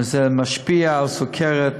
וזה משפיע על סוכרת,